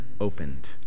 opened